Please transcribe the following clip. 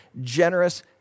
generous